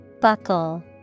Buckle